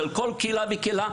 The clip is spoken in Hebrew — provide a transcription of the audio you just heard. של כל קהילה וקהילה,